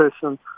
person